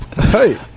hey